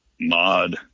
mod